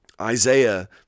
Isaiah